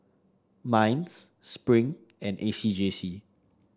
Minds Spring and A C J C